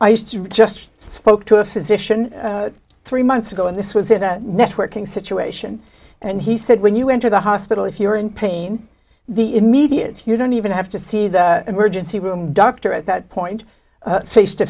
i used to just spoke to a physician three months ago and this was a networking situation and he said when you enter the hospital if you're in pain the immediate you don't even have to see that emergency room doctor at that point to face t